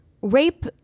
rape